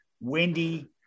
Wendy